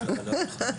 בסוף הוא